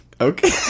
Okay